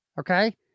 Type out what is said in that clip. Okay